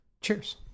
Cheers